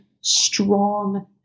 strong